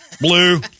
blue